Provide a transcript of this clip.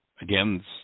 again